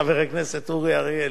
חבר הכנסת אורי אריאל,